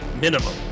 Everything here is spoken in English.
minimum